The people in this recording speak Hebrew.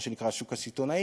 מה שנקרא השוק הסיטונאי,